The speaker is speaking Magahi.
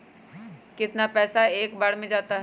कितना पैसा एक बार में जाता है?